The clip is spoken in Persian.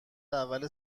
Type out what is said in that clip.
اول